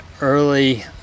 early